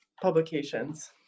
publications